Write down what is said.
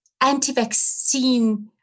anti-vaccine